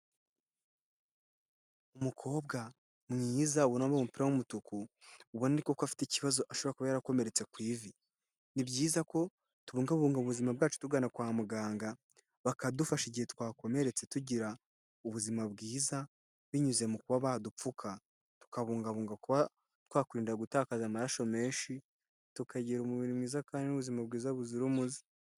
Umukobwa mwiza ubona wambaye umupira w'umutuku, ubona ariko ko afite ikibazo ashobora kuba yarakomeretse ku ivi. Ni byiza ko tubungabunga ubuzima bwacu tugana kwa muganga bakadufasha igihe twakomeretse tugira ubuzima bwiza binyuze mu kuba badupfuka. Tukabungabunga kuba twakwirinda gutakaza amaraso menshi, tukagira umubiri mwiza kandi n'ubuzima bwiza buzira umuze.